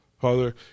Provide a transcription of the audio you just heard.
Father